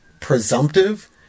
presumptive